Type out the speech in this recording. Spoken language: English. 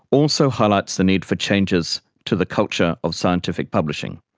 also highlights the need for changes to the culture of scientific publishing,